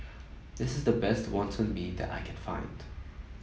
this is the best Wonton Mee that I can find